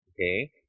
okay